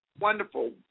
wonderful